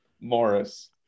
Morris